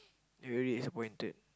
very disappointed